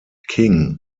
king